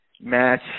match